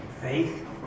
Faith